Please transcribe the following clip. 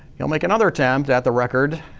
he'll make another attempt at the record.